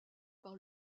par